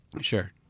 Sure